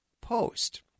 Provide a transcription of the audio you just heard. Post